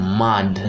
mad